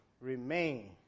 remain